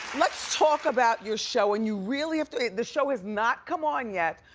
let's talk about your show, and you really have to, the show has not come on yet,